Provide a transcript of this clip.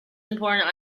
important